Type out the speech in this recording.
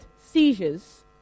seizures